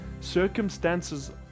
circumstances